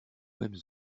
mêmes